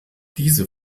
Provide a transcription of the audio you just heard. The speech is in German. diese